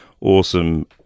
awesome